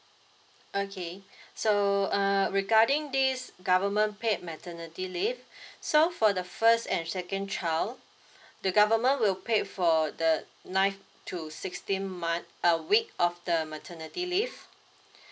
okay so uh regarding this government paid maternity leave so for the first and second child the government will pay for the nine to sixteen month uh week of the maternity leave